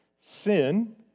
sin